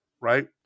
Right